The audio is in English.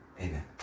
Amen